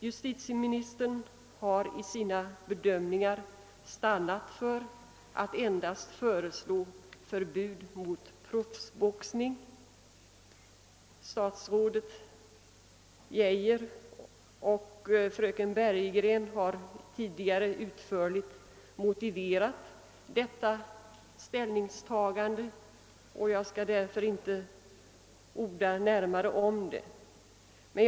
Justitieministern har i sina bedömningar stannat för att endast föreslå förbud mot proffsboxning. Statsrådet Geijer och fröken Bergegren har tidigare utförligt motiverat detta ställningstagande och jag skall därför inte närmare gå in på det.